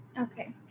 okay